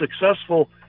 successful